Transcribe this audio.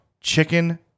Chicken